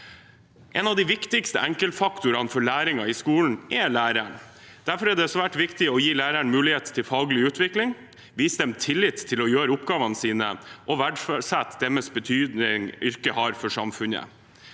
En av de viktigste enkeltfaktorene for læringen i skolen er læreren. Derfor er det svært viktig å gi lærerne mulighet til faglig utvikling, vise dem tillit til å gjøre oppgavene sine, og verdsette den betydningen yrket har for samfunnet.